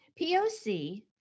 POC